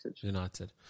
United